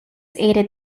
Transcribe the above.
aided